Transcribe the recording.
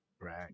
right